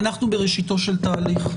אנחנו בראשיתו של תהליך.